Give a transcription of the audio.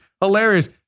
hilarious